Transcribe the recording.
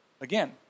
Again